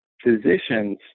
physicians